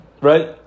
Right